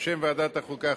בשם ועדת החוקה,